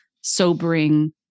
sobering